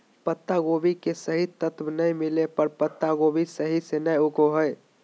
पत्तागोभी के सही तत्व नै मिलय पर पत्तागोभी सही से नय उगो हय